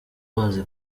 bazi